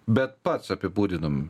bet pats apibūdinum